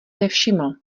nevšiml